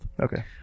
Okay